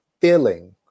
feeling